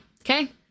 Okay